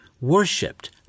worshipped